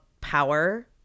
power